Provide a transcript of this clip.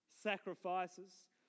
Sacrifices